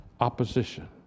opposition